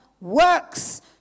works